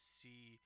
see